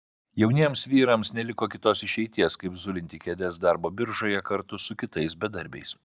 jauniems vyrams neliko kitos išeities kaip zulinti kėdes darbo biržoje kartu su kitais bedarbiais